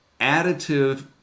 additive